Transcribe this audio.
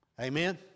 amen